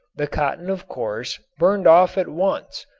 the cotton of course burned off at once,